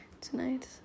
tonight